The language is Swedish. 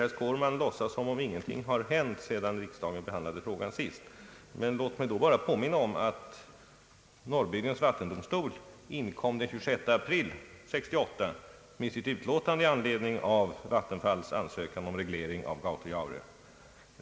Herr Skårman låtsas som om ingenting hade hänt, sedan riksdagen behandlade frågan, men låt mig då vara påminna om att Norrbygdens vattendomstol den 26 april 1968 inkom med sitt utlåtande i anledning av vattenfallsverkets ansökan om reglering av Gautojaure.